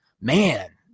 Man